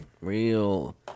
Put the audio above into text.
real